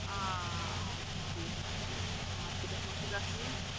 آ آ یہ چھُ ٹھیک یہ چھُ ٹھیک مارکٮ۪ٹس منز چھُ گژھنُے